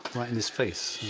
right in his face.